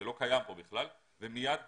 זה לא קיים כן בכלל ומיד פוסלים.